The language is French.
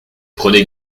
prenez